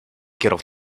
jest